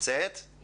היא